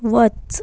वच